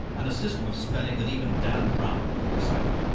and a system of spelling that even dan brown couldn't decipher.